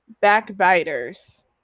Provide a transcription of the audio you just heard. backbiters